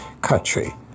country